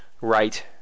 Right